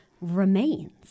remains